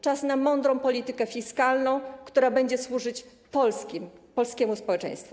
Czas na mądrą politykę fiskalną, która będzie służyć polskiemu społeczeństwu.